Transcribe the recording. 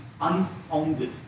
unfounded